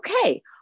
okay